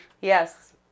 Yes